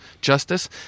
justice